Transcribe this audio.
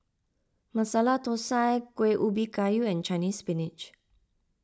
Masala Thosai Kueh Ubi Kayu and Chinese Spinach